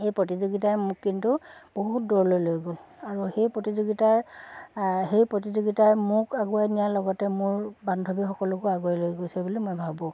এই প্ৰতিযোগিতাই মোক কিন্তু বহুত দূৰলৈ লৈ গ'ল আৰু সেই প্ৰতিযোগিতাৰ সেই প্ৰতিযোগিতাই মোক আগুৱাই নিয়াৰ লগতে মোৰ বান্ধৱী সকলকো আগুৱাই লৈ গৈছে বুলি মই ভাবোঁ